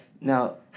Now